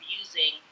using